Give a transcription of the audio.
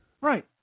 Right